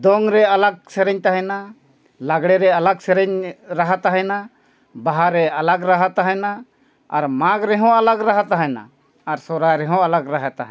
ᱫᱚᱝ ᱨᱮ ᱟᱞᱟᱠ ᱥᱮᱨᱮᱧ ᱛᱟᱦᱮᱱᱟ ᱞᱟᱜᱽᱲᱮ ᱨᱮ ᱟᱞᱟᱠ ᱥᱮᱨᱮᱧ ᱨᱟᱦᱟ ᱛᱟᱦᱮᱱᱟ ᱵᱟᱦᱟ ᱨᱮ ᱟᱞᱟᱠ ᱨᱟᱦᱟ ᱛᱟᱦᱮᱱᱟ ᱟᱨ ᱢᱟᱜᱽ ᱨᱮᱦᱚᱸ ᱟᱞᱟᱠ ᱨᱟᱦᱟ ᱛᱟᱦᱮᱱᱟ ᱟᱨ ᱥᱚᱦᱚᱨᱟᱭ ᱨᱮᱦᱚᱸ ᱟᱞᱟᱠ ᱨᱟᱦᱟ ᱛᱟᱦᱮᱱᱟ